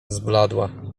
zbladła